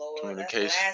Communication